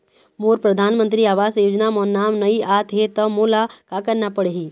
मोर परधानमंतरी आवास योजना म नाम नई आत हे त मोला का करना पड़ही?